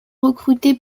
recruter